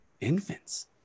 infants